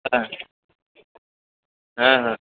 ହଁ ହଁ ହଁ